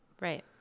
right